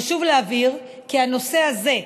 חשוב להבהיר כי הנושא הזה,